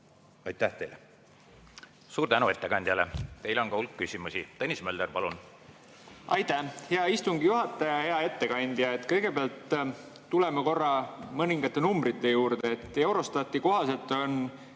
palun! Suur tänu ettekandjale! Teile on ka hulk küsimusi. Tõnis Mölder, palun! Aitäh, hea istungi juhataja! Hea ettekandja! Kõigepealt tuleme korra mõningate numbrite juurde. Eurostati kohaselt on